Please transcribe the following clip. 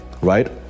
right